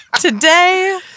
today